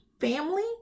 family